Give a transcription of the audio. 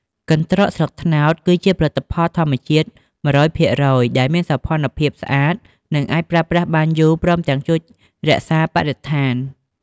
កន្ដ្រកស្លឹកត្នោតគឺជាផលិតផលធម្មជាតិ ១០០ភាគរយ ដែលមានសោភណភាពស្អាត និងអាចប្រើប្រាស់បានយូរ ព្រមទាំងជួយរក្សាបរិស្ថាន។